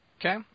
Okay